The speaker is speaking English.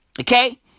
Okay